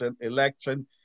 election